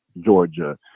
Georgia